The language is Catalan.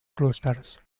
clústers